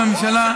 והממשלה,